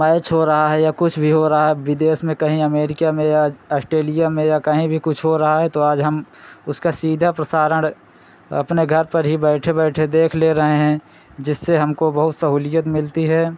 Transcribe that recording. match हो रहा है या कुछ भी हो रहा है विदेश में कहीं अमेरिका में या ऑस्टेलिया में या कहीं भी कुछ हो रहा है तो आज हम उसका सीधा प्रसारण अपने घर पर ही बैठे बैठे देख ले रहे हैं जिससे हमको बहुत सहूलियत मिलती है